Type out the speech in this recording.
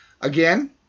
Again